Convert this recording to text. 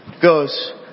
Goes